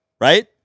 right